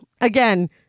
Again